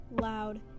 loud